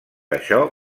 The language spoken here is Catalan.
això